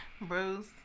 bruce